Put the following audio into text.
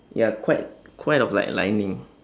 ya quite quite of like lining